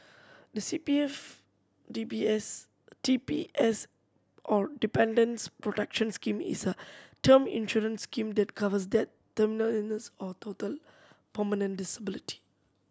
the C P F D B S D P S or Dependants Protection Scheme is a term insurance scheme that covers death terminal illness or total permanent disability